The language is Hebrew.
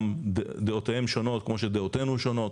דעותיהם שונות כמו שדעותינו שונות,